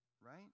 Right